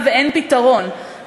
ואין פתרון,